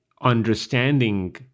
understanding